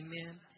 Amen